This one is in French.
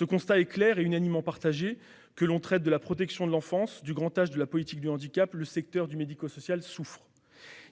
Le constat est clair et unanimement partagé, que l'on traite de la protection de l'enfance, du grand âge ou de la politique du handicap : le secteur médico-social souffre.